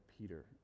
Peter